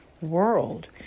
world